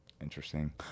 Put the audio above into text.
Interesting